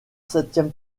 septième